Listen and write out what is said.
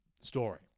story